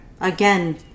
Again